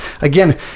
again